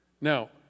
Now